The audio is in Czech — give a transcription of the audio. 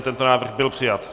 Tento návrh byl přijat.